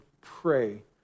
pray